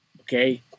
okay